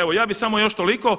Evo ja bih samo još toliko